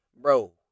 Bro